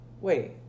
wait